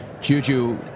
Juju